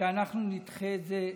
שאנחנו נדחה את זה,